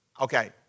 Okay